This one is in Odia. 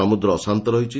ସମୁଦ୍ର ଅଶାନ୍ତ ରହିଛି